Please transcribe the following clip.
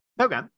Okay